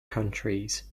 countries